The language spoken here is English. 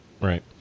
right